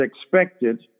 expected